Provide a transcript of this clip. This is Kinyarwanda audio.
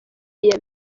iya